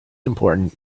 important